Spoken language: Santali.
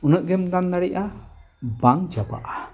ᱩᱱᱟᱹᱜ ᱜᱮᱢ ᱫᱟᱱ ᱫᱟᱲᱮᱭᱟᱜᱼᱟ ᱵᱟᱝ ᱪᱟᱵᱟᱜᱼᱟ